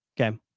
Okay